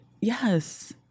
yes